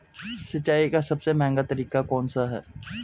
सिंचाई का सबसे महंगा तरीका कौन सा है?